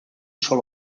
sol